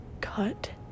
cut